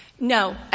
No